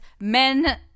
men